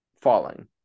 falling